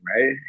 right